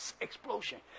Explosion